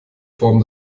form